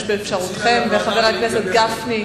יש באפשרותכם, חבר הכנסת גפני.